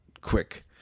quick